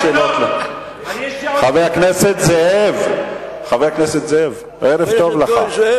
חבר הכנסת זאב, ערב טוב לך.